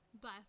bus